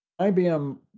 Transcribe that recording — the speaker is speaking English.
IBM